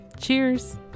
Cheers